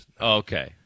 Okay